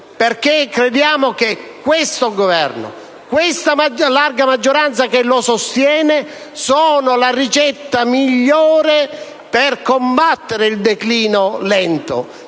perché crediamo che questo Governo e questa larga maggioranza che lo sostiene rappresentino la ricetta migliore per combattere il lento